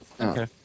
Okay